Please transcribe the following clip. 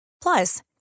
Plus